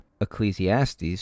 Ecclesiastes